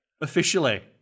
Officially